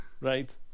Right